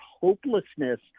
hopelessness